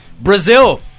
Brazil